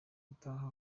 utaha